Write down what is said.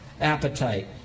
appetite